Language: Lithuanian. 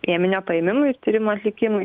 ėminio paėmimui ir tyrimo atlikimui